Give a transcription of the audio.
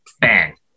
bang